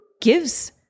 gives